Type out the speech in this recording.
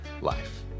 life